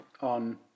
on